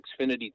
Xfinity